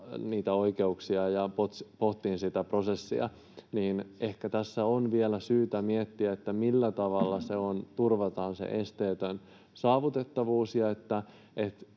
niitä oikeuksia ja pohtimaan sitä prosessia. Ehkä tässä on vielä syytä miettiä, millä tavalla turvataan se esteetön saavutettavuus